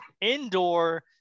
indoor